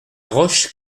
roche